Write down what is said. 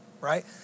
Right